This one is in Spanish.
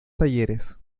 talleres